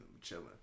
Chilling